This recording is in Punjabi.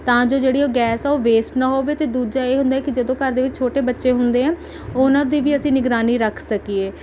ਤਾਂ ਜੋ ਜਿਹੜੀ ਉਹ ਗੈਸ ਹੈ ਉਹ ਵੇਸਟ ਨਾ ਹੋਅਵੇ ਤੇ ਦੂਜਾ ਇਹ ਹੁੰਦਾ ਹੈ ਕਿ ਜਦੋਂ ਘਰ ਦੇ ਵਿੱਚ ਛੋਟੇ ਬੱਚੇ ਹੁੰਦੇ ਹੈ ਉਹਨਾਂ ਦੀ ਵੀ ਅਸੀਂ ਨਿਗਰਾਨੀ ਰੱਖ ਸਕੀਏ